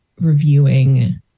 reviewing